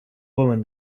woman